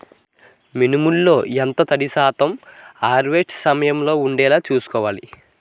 మినుములు లో ఎంత తడి శాతం హార్వెస్ట్ సమయంలో వుండేలా చుస్కోవాలి?